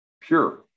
pure